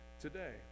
today